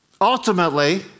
Ultimately